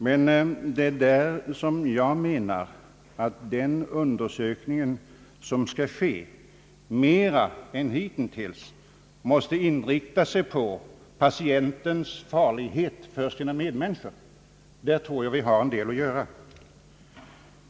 Men det är där som jag menar att den undersökning, som nu skall ske, mer än hittills måste inriktas på patientens eventuella farlighet för sina medmänniskor. Där tror jag att vi har en del att göra.